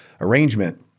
arrangement